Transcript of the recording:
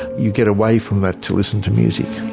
you get away from that to listen to music.